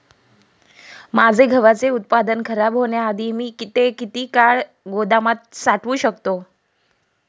माझे गव्हाचे उत्पादन खराब होण्याआधी मी ते किती काळ गोदामात साठवू शकतो?